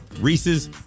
Reese's